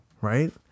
Right